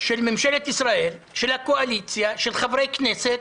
של ממשלת ישראל, של הקואליציה, של חברי כנסת